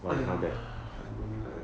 !aiya! I don't like that